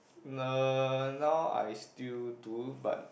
n~ now I still do but